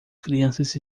crianças